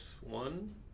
One